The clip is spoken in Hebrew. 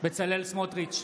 בצלאל סמוטריץ'